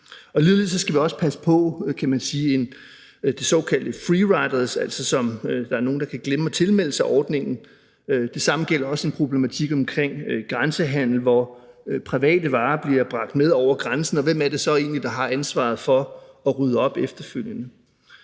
Ligeledes skal vi også passe på de såkaldte free riders, som kan glemme at tilmelde sig ordningen. Det samme gælder også en problematik omkring grænsehandel, hvor private varer bliver bragt med over grænsen, og hvem er det så egentlig, der har ansvaret for at rydde op efterfølgende?